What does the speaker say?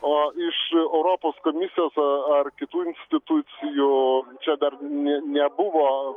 o iš europos komisijos ar kitų institucijų čia dar nė nebuvo